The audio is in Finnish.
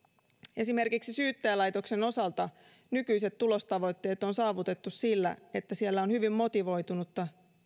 esimerkiksi syyttäjälaitoksen osalta nykyiset tulostavoitteet on saavutettu sillä että siellä on hyvin motivoitunutta